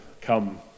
come